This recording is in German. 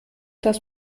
das